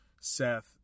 seth